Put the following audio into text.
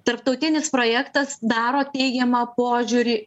tarptautinis projektas daro teigiamą požiūrį